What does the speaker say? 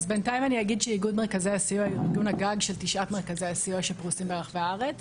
איגוד מרכזי הסיוע הוא ארגון הגג של תשעת מרכזי הסיוע שפרוסים בארץ.